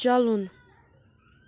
چلُن